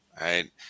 right